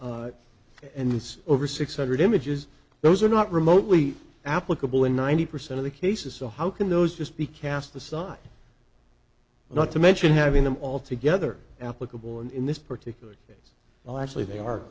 it's over six hundred images those are not remotely applicable in ninety percent of the cases so how can those just be cast aside not to mention having them all together applicable in this particular yes well actually they are